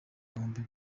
bihumbi